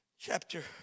chapter